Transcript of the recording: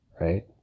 right